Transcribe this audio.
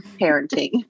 parenting